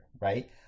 right